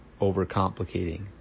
overcomplicating